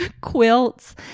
quilts